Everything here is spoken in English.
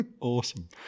awesome